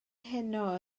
heno